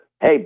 hey